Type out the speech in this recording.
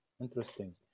interesting